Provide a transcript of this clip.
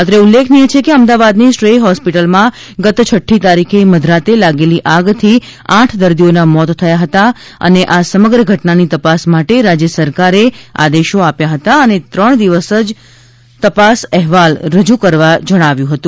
અત્રે ઉલ્લેખનીય છે કે અમદાવાદની શ્રેય હોસ્પિટલમાં ગત છઠ્ઠી તારીખે મધરાતે લાગેલી આગથી આઠ દર્દીઓના મોત થયા હતા અને આ સમગ્ર ઘટનાની તપાસ માટે રાજ્ય સરકારે આદેશો આપ્યા હતા અને ત્રણ દિવસમાં જ તપાસ અહેવાલ રજૂ કરવા જણાવ્યું હતું